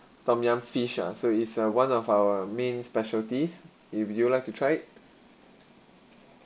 tom yum fish ah so is uh one of our main specialties if you'd like to try it